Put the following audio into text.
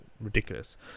ridiculous